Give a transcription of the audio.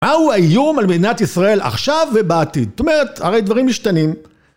‫מהו האיום על מדינת ישראל ‫עכשיו ובעתיד? ‫זאת אומרת, הרי דברים משתנים.